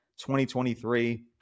2023